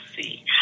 see